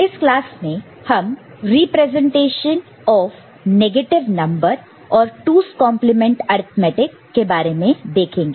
इस क्लास में हम रिप्रेजेंटेशन ऑफ नेगेटिव नंबर और 2's complement arithmetic 2's complement arithmetic के बारे में देखेंगे